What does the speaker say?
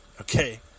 Okay